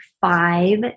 five